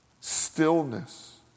Stillness